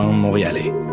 montréalais